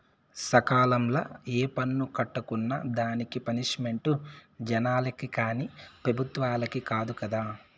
సకాలంల ఏ పన్ను కట్టుకున్నా దానికి పనిష్మెంటు జనాలకి కానీ పెబుత్వలకి కాదు కదా